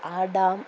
ആ ഡാം